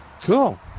Cool